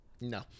No